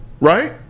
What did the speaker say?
right